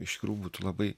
iš tikrųjų būtų labai